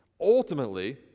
ultimately